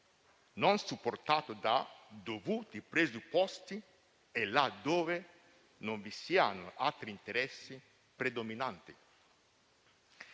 non supportata da dovuti presupposti e laddove non vi siano altri interessi predominanti.